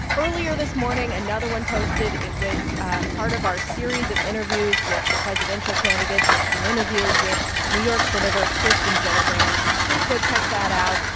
earlier this morning, another one posted. it was ah part of our series of interviews with the presidential candidates. it's an interview with new york senator kirsten gillibrand. please go check that out,